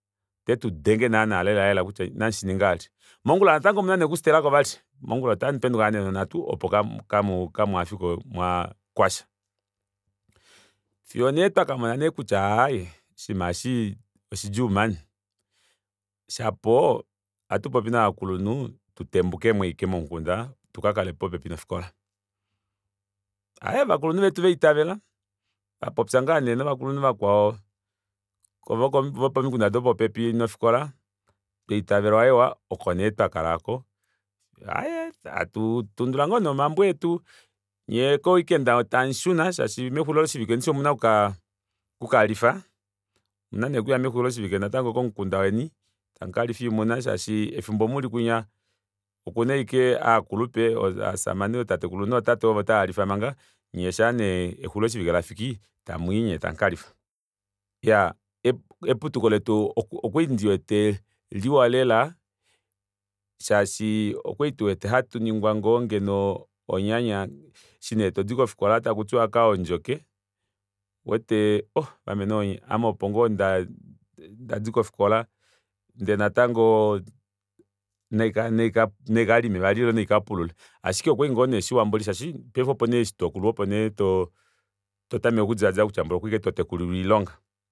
Tetu denge naana lela lela kutya inamushininga vali mongula natango omuna nee okusitelako vali mongula otamu penduka nee nonhatu opo mwahafike kwasha fiyo nee twakamona nee kutya aaye oshinima eshi oundjuu shapo ohatu popi novakulunhu tutembukemo ashike momukunda tuka kale popepi nofikola aaye ovakulunhu vetu vaitavela vapopya ngaa nee novakulunhu vakwao vopomikunda dopopepi nofikola twaitavelwa hewa oko nee twakala aako aaye hatuu ndula ngoo nee omambo etu nyee ko weekend tamushuna shaashi mexulilo shivike omuna okukalifa omuna nee okuya komukunda weni mexuliloshike tamukalifa shaashi efimbo muli kunya okuna ashike aakulupe ovashamane oo tatekulu noo tate ovo tavalifa manga nyee shaa nee exulilo shivike lafiki tamwii nee tamukalifa iyaa eputuko letu okwali ndiwete liwa lela shaashi okwali tuwete hatungwa ngoo ngeno onyanya eshi nee todi ko fikola takutiwa kaondjoke ouwete ohh vamenoonye ame opo ngoo ndadi kofikola ndee natango naikalime vali naikapulule ashike mboli okwali ngoo shiwa shaashi paife eshi tokulu opo nee too totameke okudilaadila kutya mboli okwali ashike totekulilwa oilonga